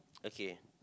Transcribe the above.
okay